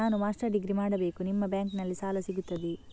ನಾನು master degree ಮಾಡಬೇಕು, ನಿಮ್ಮ ಬ್ಯಾಂಕಲ್ಲಿ ಸಾಲ ಸಿಗುತ್ತದೆಯೇ?